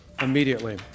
immediately